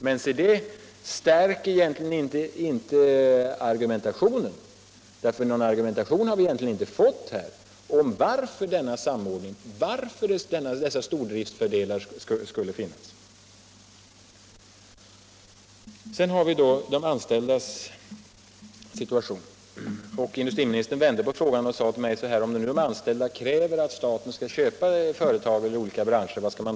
Men det stärker egentligen inte argumentationen om stordriftsfördelarna — ty någon sådan argumentation har i stort sett inte förekommit. Sedan kommer vi till de anställdas situation. Industriministern vände på frågan och undrade: Vad skall man göra, om nu de anställda kräver att staten skall köpa företag i olika branscher?